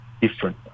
different